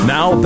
Now